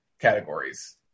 categories